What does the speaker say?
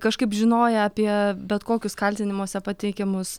kažkaip žinoję apie bet kokius kaltinimuose pateikiamus